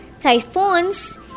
typhoons